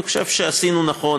אני חושב שעשינו נכון,